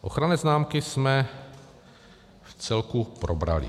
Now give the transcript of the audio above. Ochranné známky jsme vcelku probrali.